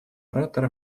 оратора